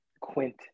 Quint